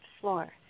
floor